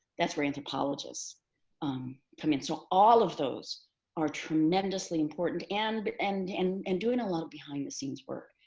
that's where anthropologists um come in. so all of those are tremendously important. and and and and doing a lot of behind the scenes work.